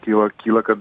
kyla kyla kad